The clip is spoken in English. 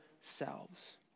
selves